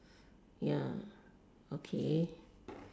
ya okay